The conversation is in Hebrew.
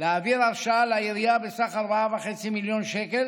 להעביר הרשאה לעירייה בסך 4.5 מיליון שקל